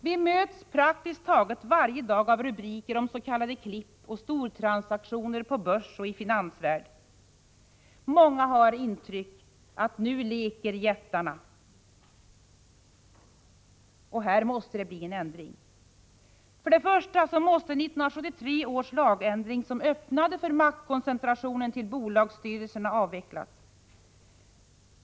Vi möts praktiskt taget varje dag av rubriker om s.k. klipp och stortransaktioner på börs och i finansvärld. Många har intrycket att nu leker jättarna. Här måste det bli en ändring. För det första måste 1973 års lagändring, som öppnade för maktkoncentrationen till bolagsstyrelserna, avvecklas.